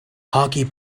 hockey